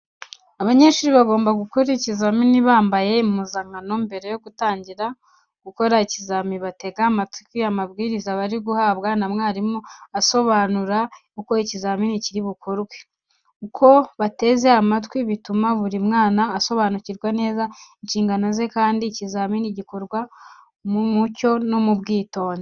Abanyeshuri bagomba gukora ikizamini bambaye impuzankano. Mbere yo gutangira gukora ikizamini, batega amatwi amabwiriza bari guhabwa na mwarimu, asobanura uko ikizamini kiri bukorwe. Uko bateze amatwi, bituma buri mwana asobanukirwa neza inshingano ze kandi ikizamini kigakorwa mu mucyo no mu bwitonzi.